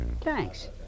Thanks